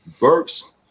Burks